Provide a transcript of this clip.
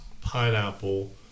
pineapple